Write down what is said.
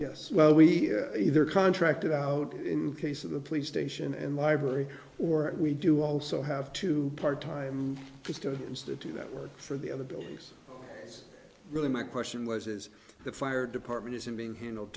yes well we either contracted out in the case of the police station and library or we do also have to part time for students to do that work for the other buildings it's really my question was is that fire department isn't being handled